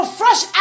fresh